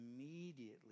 immediately